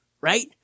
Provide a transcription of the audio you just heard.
right